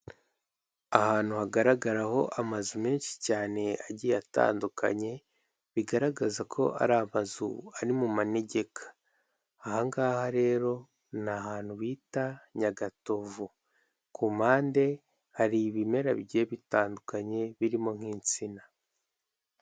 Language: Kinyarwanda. Ahantu hagaragaraho amazu menshi cyane agiye atandukanye, bigaragaza ko ari amazu ari mu manegeka. Ahangaha rero ni ahantu bita Nyagatovu ku mpande hari ibimera bi bitandukanye birimo nk'insina.